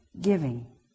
Giving